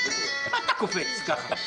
מה אתה קופץ ככה?